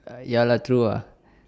ah ya lah true ah